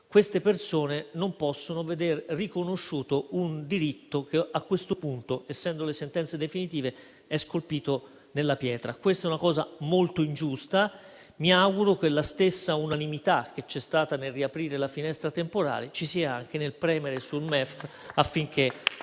queste persone non possono vedere riconosciuto un diritto che, a questo punto, essendo le sentenze definitive, è scolpito nella pietra. Questa inadempienza è molto ingiusta. Pertanto, mi auguro che lo stesso atteggiamento unanime che c'è stato nel riaprire la finestra temporale ci sia anche nel premere sul MEF affinché